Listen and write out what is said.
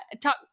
talk